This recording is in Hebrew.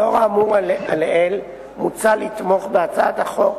לאור האמור לעיל מוצע לתמוך בהצעת החוק